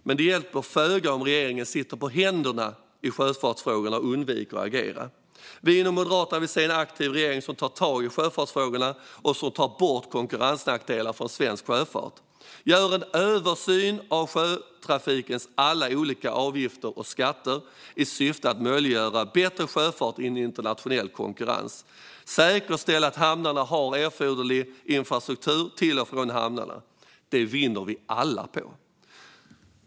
Men det hjälper föga om regeringen sitter på händerna i sjöfartsfrågorna och undviker att agera. Vi inom Moderaterna vill se en aktiv regering som tar tag i sjöfartsfrågorna och som tar bort konkurrensnackdelar från svensk sjöfart. Gör en översyn av sjötrafikens alla olika avgifter och skatter i syfte att möjliggöra bättre sjöfart i en internationell konkurrens! Säkerställ att hamnarna har erforderlig infrastruktur till och från hamnarna! Det vinner alla på.